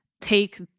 take